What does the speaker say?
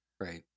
Right